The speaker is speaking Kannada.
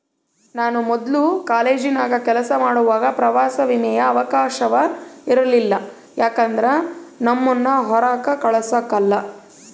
ನಾನು ಮೊದ್ಲು ಕಾಲೇಜಿನಾಗ ಕೆಲಸ ಮಾಡುವಾಗ ಪ್ರವಾಸ ವಿಮೆಯ ಅವಕಾಶವ ಇರಲಿಲ್ಲ ಯಾಕಂದ್ರ ನಮ್ಮುನ್ನ ಹೊರಾಕ ಕಳಸಕಲ್ಲ